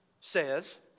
says